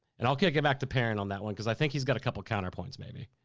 and i'll kick it back to perrin on that one, cause i think he's got a couple counterpoints, maybe.